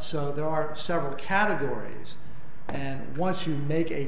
so there are several categories and once you make a